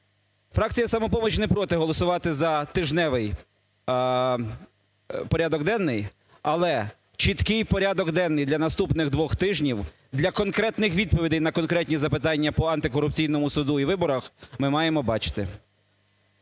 Фракція "Самопоміч" не проти голосувати за тижневий порядок денний, але чіткий порядок денний для наступних двох тижнів для конкретних відповідей на конкретні запитання по антикорупційному суду і виборах ми маємо бачити.